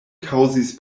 kaŭzis